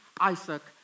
Isaac